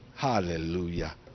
Hallelujah